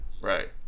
right